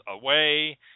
away